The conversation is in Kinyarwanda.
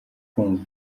kumva